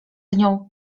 nią